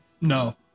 No